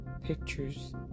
Pictures